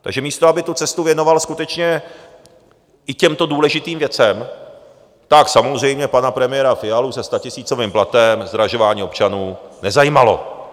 Takže místo aby tu cestu věnoval skutečně i těmto důležitým věcem, tak samozřejmě pana premiéra Fialu se statisícovým platem zdražování občanům nezajímalo.